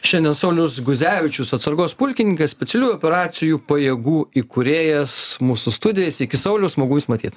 šiandien saulius guzevičius atsargos pulkininkas specialiųjų operacijų pajėgų įkūrėjas mūsų studijoj sveiki sauliau smagu jus matyt